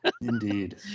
Indeed